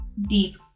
deep